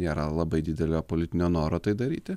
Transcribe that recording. nėra labai didelio politinio noro tai daryti